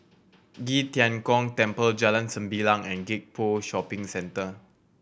Qi Tian Gong Temple Jalan Sembilang and Gek Poh Shopping Centre